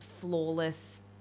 flawless